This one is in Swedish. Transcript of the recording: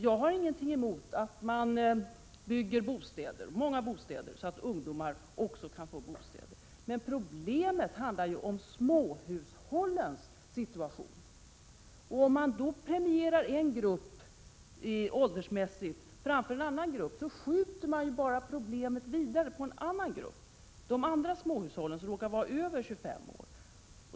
Jag har ingenting emot att man bygger bostäder, många bostäder, så att även ungdomar kan få bostad. Men problemet gäller småhushållens situation. Om man med åldern som riktmärke premierar en grupp framför en annan, skjuter man bara problemet vidare till den grupp av småhushållen där åldern råkar vara över 25 år.